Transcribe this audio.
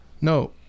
No